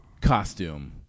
costume